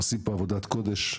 ועושים עבודת קודש,